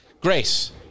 Grace